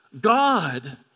God